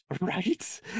Right